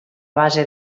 base